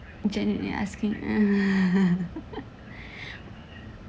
janitor asking